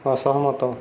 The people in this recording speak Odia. ଅସହମତ